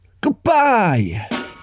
Goodbye